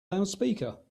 loudspeaker